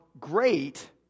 great